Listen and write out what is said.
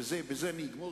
ובזה אני אגמור,